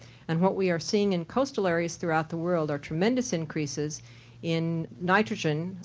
and what we are seeing in coastal areas throughout the world are tremendous increases in nitrogen,